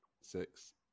six